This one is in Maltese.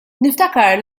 niftakar